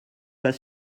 pas